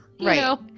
Right